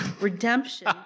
redemption